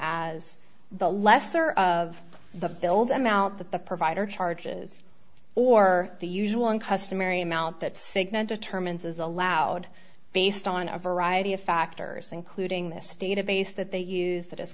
as the lesser of the build em out that the provider charges or the usual and customary amount that cigna determines is allowed based on a variety of factors including this database that they use that